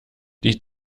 die